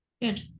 good